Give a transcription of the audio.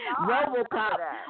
RoboCop